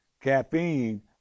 caffeine